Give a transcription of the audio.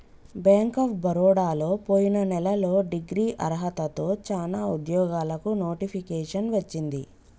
bank of బరోడలో పొయిన నెలలో డిగ్రీ అర్హతతో చానా ఉద్యోగాలకు నోటిఫికేషన్ వచ్చింది